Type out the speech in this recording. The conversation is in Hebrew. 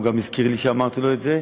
הוא גם הזכיר לי שאמרתי לו את זה.